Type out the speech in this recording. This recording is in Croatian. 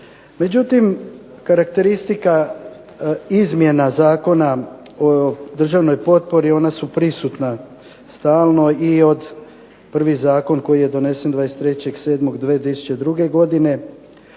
međutim, karakteristika izmjena Zakona o državnoj potpori ona su prisutna stalno i od prvi Zakon koji je donesen 23. 7. 2002. godine,